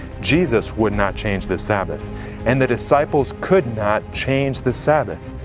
jesus would not change the sabbath and the disciples could not change the sabbath!